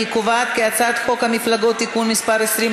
אני קובעת כי הצעת חוק המפלגות (תיקון מס' 20),